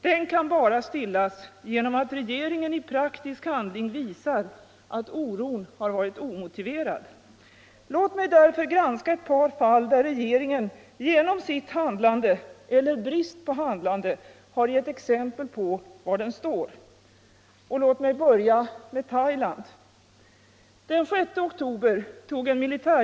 Den kan bara stillas genom att regeringen i praktisk handling visar att oron har varit omotiverad. Låt mig därför granska ett par fall där regeringen genom sitt handlande - eller sin brist på handlande — har gett exempel på var den står.